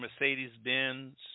Mercedes-Benz